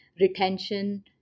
retention